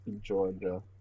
Georgia